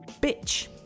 Bitch